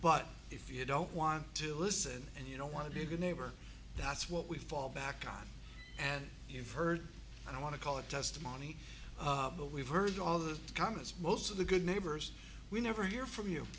but if you don't want to listen and you don't want to be a good neighbor that's what we fall back on and you've heard i don't want to call it testimony but we've heard all the comments most of the good neighbors we never hear from you